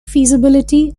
feasibility